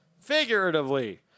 Figuratively